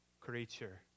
creature